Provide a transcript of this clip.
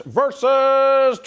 versus